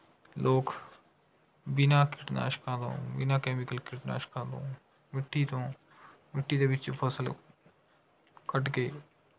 ਲੋਕ ਬਿਨ੍ਹਾਂ ਕੀਟਨਾਸ਼ਕਾਂ ਤੋਂ ਬਿਨ੍ਹਾਂ ਕੈਮੀਕਲ ਕੀਟਨਾਸ਼ਕਾਂ ਤੋਂ ਮਿੱਟੀ ਤੋਂ ਮਿੱਟੀ ਦੇ ਵਿੱਚ ਫਸਲ ਕੱਢ ਕੇ